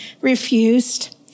refused